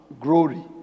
Glory